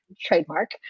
trademark